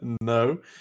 No